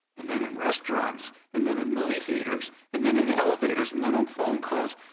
and then in restaurants, and then in movie theaters, and then in elevators, and then on phone calls,